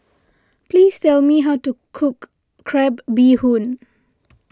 please tell me how to cook Crab Bee Hoon